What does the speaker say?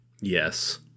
Yes